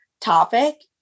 topic